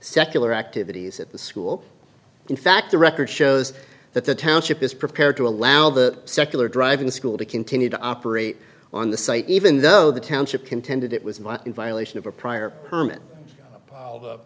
secular activities at the school in fact the record shows that the township is prepared to allow the secular drive in the school to continue to operate on the site even though the township contended it was in violation of a prior permit